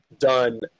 Done